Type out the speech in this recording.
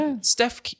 Steph